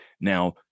Now